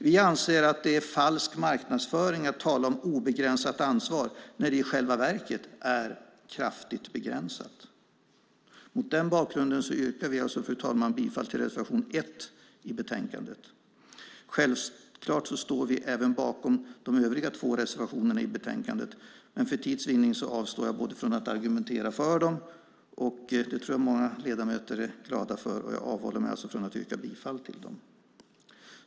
Vi anser att det är falsk marknadsföring att tala om obegränsat ansvar när det i själva verket är kraftigt begränsat. Mot den bakgrunden yrkar vi, fru talman, bifall till reservation 1 i betänkandet. Självklart står vi även bakom de övriga två reservationerna i betänkandet, men för tids vinnande avstår jag från att argumentera för dem, och det tror jag att många ledamöter är glada för, och jag avhåller mig även från att yrka bifall till dem.